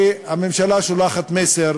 שהממשלה שולחת מסר